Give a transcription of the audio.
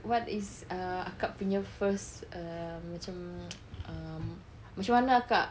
what is err kakak punya first err macam err macam mana kakak